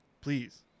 please